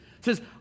says